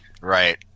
Right